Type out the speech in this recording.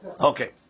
Okay